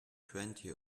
twenty